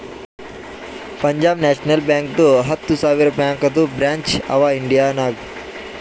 Punjab national ಬ್ಯಾಂಕ್ದು ಹತ್ತ ಸಾವಿರ ಬ್ಯಾಂಕದು ಬ್ರ್ಯಾಂಚ್ ಅವಾ ಇಂಡಿಯಾ ನಾಗ್